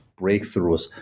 breakthroughs